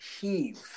heave